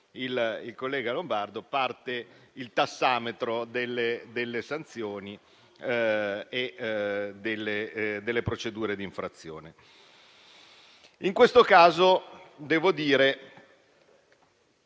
dal collega Lombardo, il tassametro delle sanzioni e delle procedure di infrazione. In questo caso devo dire